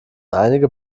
einige